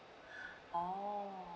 oh